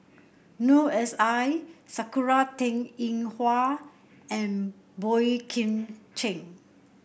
Noor S I Sakura Teng Ying Hua and Boey Kim Cheng